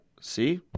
see